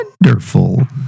wonderful